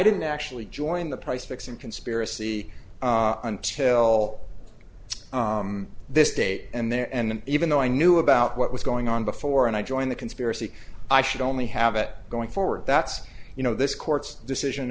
didn't actually join the price fixing conspiracy until this date and there and even though i knew about what was going on before and i joined the conspiracy i should only have it going forward that's you know this court's decision